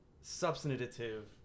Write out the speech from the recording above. substantive